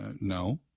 no